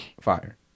Fire